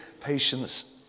patience